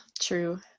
True